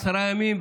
עשרה ימים,